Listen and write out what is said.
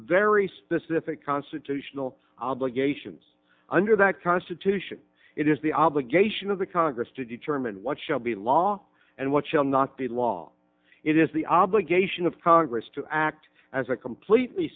very specific constitutional obligations under that constitution it is the obligation of the congress to determine what shall be law and why shall not be law it is the obligation of congress to act as a completely